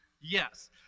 Yes